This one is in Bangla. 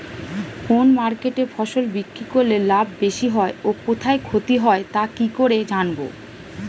কোন মার্কেটে ফসল বিক্রি করলে লাভ বেশি হয় ও কোথায় ক্ষতি হয় তা কি করে জানবো?